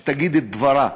שתגיד את דברה.